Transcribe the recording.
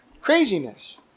Craziness